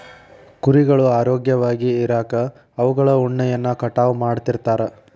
ಕುರಿಗಳು ಆರೋಗ್ಯವಾಗಿ ಇರಾಕ ಅವುಗಳ ಉಣ್ಣೆಯನ್ನ ಕಟಾವ್ ಮಾಡ್ತಿರ್ತಾರ